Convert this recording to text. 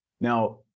Now